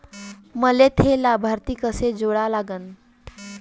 मले थे लाभार्थी कसे जोडा लागन?